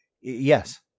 Yes